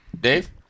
dave